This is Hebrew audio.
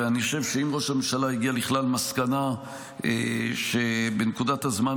אני חושב שאם ראש הממשלה הגיע לכלל מסקנה שבנקודת הזמן